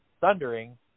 Thundering